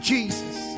Jesus